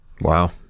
Wow